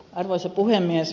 arvoisa puhemies